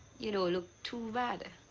you know look too bad.